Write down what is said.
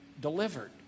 delivered